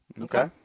Okay